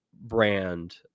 brand